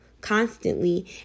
constantly